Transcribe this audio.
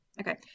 Okay